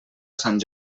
sant